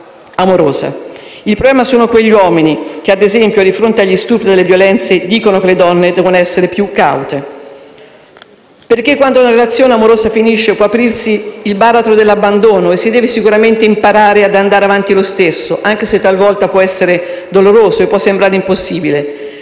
Il problema sono quelli uomini che di fronte - ad esempio - agli stupri e alle violenze, dicono che le donne devono essere più caute. Quando una relazione amorosa finisce, può aprirsi il baratro dell'abbandono e si deve sicuramente imparare ad andare avanti lo stesso, anche se talvolta può essere doloroso e può sembrare impossibile.